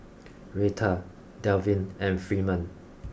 Retta Delvin and Freeman